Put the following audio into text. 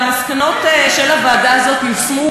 המסקנות של הוועדה הזאת יושמו,